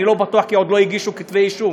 אני לא בטוח, כי עוד לא הגישו כתבי אישום.